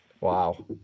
Wow